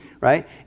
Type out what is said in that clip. right